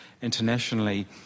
Internationally